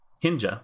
Hinge